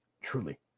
Truly